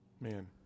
Man